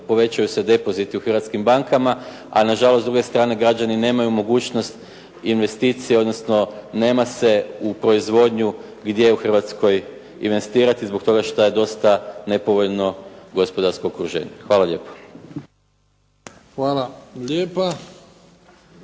povećavaju se depoziti u hrvatskim bankama, a na žalost dosta građana nema mogućnost investicije, odnosno nema se u proizvodnju gdje u Hrvatskoj investirati zbog toga što dosta nepovoljno gospodarsko okruženje. Hvala lijepo. **Bebić,